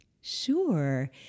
Sure